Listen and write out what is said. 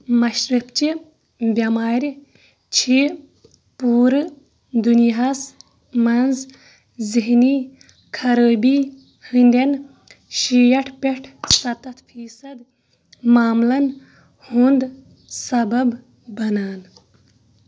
مَشرفٕچہِ بٮ۪مارِ چھِ پوٗرٕ دُنیاہَس منٛز ذہنی خرٲبی ہٕنٛدٮ۪ن شیٹھ پٮ۪ٹھ سَتتھ فیٖصد معاملن ہُنٛد سبَب بنان